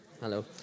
hello